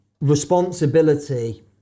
responsibility